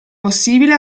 possibile